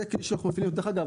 דרך אגב,